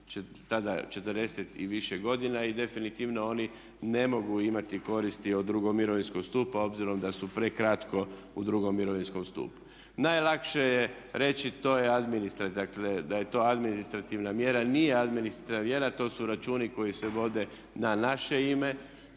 tada 40 i više godina i definitivno oni ne mogu imati koristi od drugog mirovinskog stupa obzirom da su prekratko u drugom mirovinskom stupu. Najlakše je reći to je administrativna, dakle da je to administrativna mjera. Nije administrativna mjera, to su računi koji se vode na naše ime